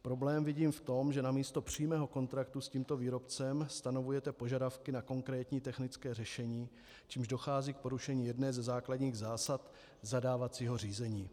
Problém vidím v tom, že namísto přímého kontraktu s tímto výrobcem stanovujete požadavky na konkrétní technické řešení, čímž dochází k porušení jedné ze základních zásad zadávacího řízení.